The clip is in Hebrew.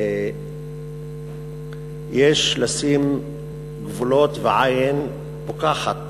יש לשים גבולות ועין פוקחת